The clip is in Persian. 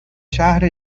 شهر